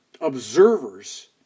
observers